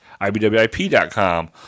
ibwip.com